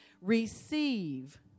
receive